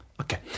Okay